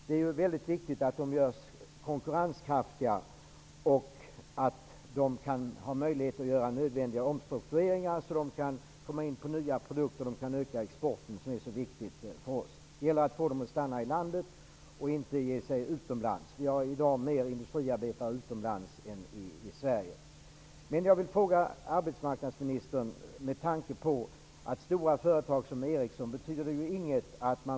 Det är väldigt viktigt att de görs konkurrenskraftiga och att de får möjlighet att göra nödvändiga omstruktureringar så att de kan börja tillverka nya produkter och öka exporten. Det gäller att få dem att stanna i landet och inte bege sig utomlands. Vi har i dag fler industriarbetare utomlands än i I stora företag som Ericsson betyder det ingenting att man får undanta två anställda från turordningsreglerna.